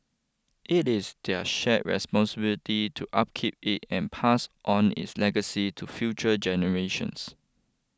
it is their shared responsibility to upkeep it and pass on its legacy to future generations